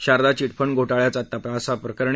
सारदा chit fund घोटाळ्याचा तपास प्रकरणी